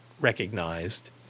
recognized